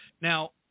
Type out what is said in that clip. Now